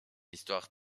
histoire